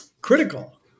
critical